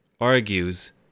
argues